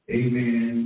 amen